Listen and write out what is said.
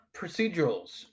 procedurals